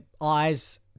eyes